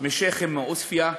משיח'ים מעוספיא,